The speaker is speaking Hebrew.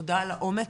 תודה על האומץ